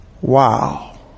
Wow